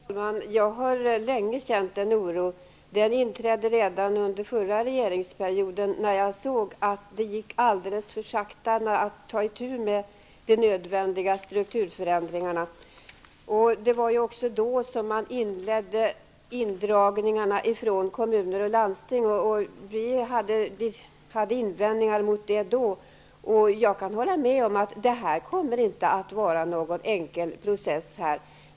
Fru talman! Jag har länge känt en oro. Den inträdde redan under förra regeringsperioden, när jag såg att det gick alldeles för sakta att ta itu med de nödvändiga strukturförändringarna. Det var också då man inledde indragningarna från kommuner och landsting. Vi hade invändningar mot det då. Jag kan hålla med om att detta inte kommer att vara någon enkel process.